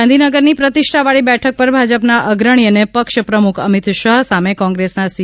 ગાંધીનગરની પ્રતિષ્ઠાવાળી બેઠક પર ભાજપના અગ્રણી અને પક્ષ પ્રમૂખ અમીત શાહ સામે કોંગ્રેસના સી